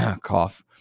Cough